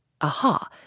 Aha